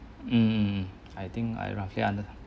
mm I think I roughly under~